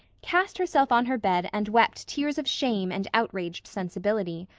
cast herself on her bed and wept tears of shame and outraged sensibility.